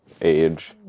age